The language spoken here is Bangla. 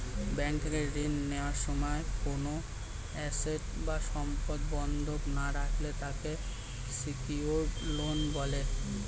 ব্যাংক থেকে ঋণ নেওয়ার সময় কোনো অ্যাসেট বা সম্পদ বন্ধক না রাখলে তাকে সিকিউরড লোন বলে